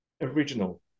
original